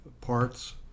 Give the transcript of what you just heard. parts